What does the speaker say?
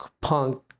punk